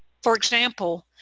for example,